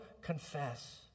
confess